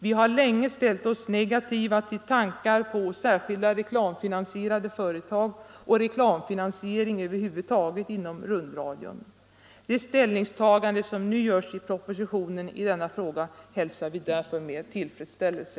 Vi har länge ställt oss negativa till tankar på särskilda reklamfinansierade företag och reklamfinansiering över huvud taget inom rundradion. Det ställningstagande som nu görs i propositionen i denna fråga hälsar vi därför med tillfredsställelse.